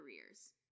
careers